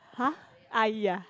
!huh! ah ya